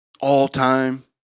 All-time